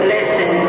Listen